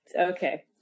Okay